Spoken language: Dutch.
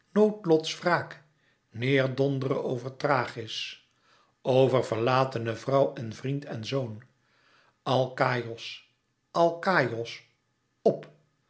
noodlots wraak neêr dondere over thrachis over verlatene vrouwen vriend en zoon alkaïos alkaïos p